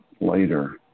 later